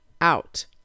out